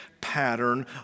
pattern